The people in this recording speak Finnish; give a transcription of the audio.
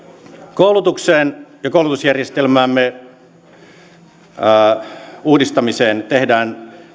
koulutukseen ja koulutusjärjestelmämme uudistamiseen tehdään